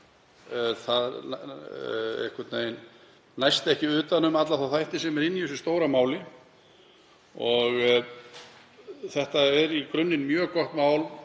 það næst einhvern veginn ekki utan um alla þá þætti sem eru inni í þessu stóra máli. Þetta er í grunninn mjög gott mál.